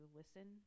listen